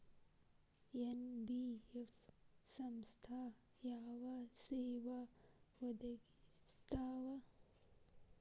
NBF ಸಂಸ್ಥಾ ಯಾವ ಸೇವಾ ಒದಗಿಸ್ತಾವ?